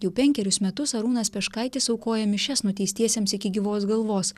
jau penkerius metus arūnas peškaitis aukoja mišias nuteistiesiems iki gyvos galvos